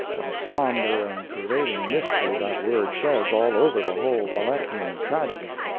what a somber and pervading mystery, that word sheds all over the whole wallachian tragedy.